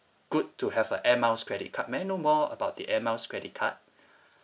good to have a air miles credit card may I know more about the air miles credit card